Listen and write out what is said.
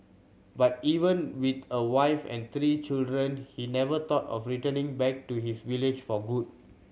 but even with a wife and three children he never thought of returning back to his village for good